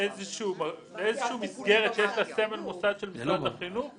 לאיזושהי מסגרת שיש לה סמל מוסד של משרד החינוך,